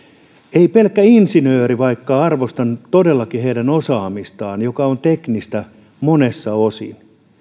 ei pelkkä insinööri vaikka arvostan todellakin heidän osaamistaan joka on teknistä monilta osin